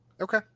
Okay